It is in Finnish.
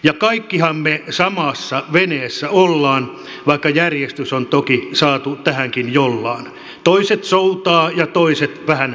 ja kaikkihan me samassa veneessä ollaan vaikka järjestys on toki saatu tähänkin jollaan toiset soutaa ja toiset vähän melalla avittaa